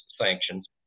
sanctions